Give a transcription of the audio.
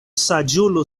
saĝulo